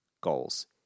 goals